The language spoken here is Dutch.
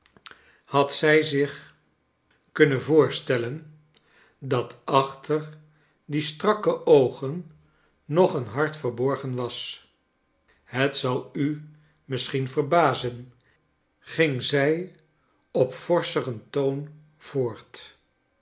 had zij zich kunnen voorstellen dat achter die strakke oogen nog een hart verborgen was het zal u misschien verbazen ging zij op forscheren toon voort